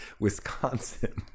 Wisconsin